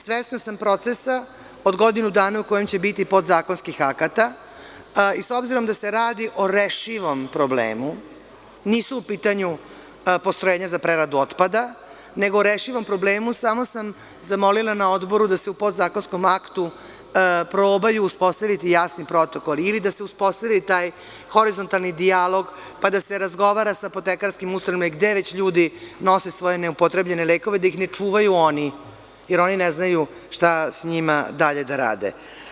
Svesna sam procesa od godinu dana u kome će biti podzakonskih akata i s obzirom da se radi o rešivom problemu, nisu u pitanju postrojenja za preradu otpada, nego rešivom problemu, samo sam zamolila na Odboru da se u podzakonskom aktu probaju uspostaviti jasni protokoli ili da se uspostavi taj horizontalni dijalog, pa da se razgovara sa apotekarskim ustanovama ili gde već ljudi nose svoje neupotrebljene lekove, da ih ne čuvaju oni, jer oni ne znaju šta sa njima dalje da rade.